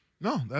No